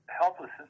helpless